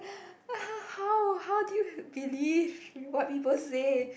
how how do you believe with what people say